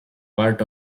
part